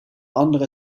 andere